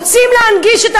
רוצים להנגיש,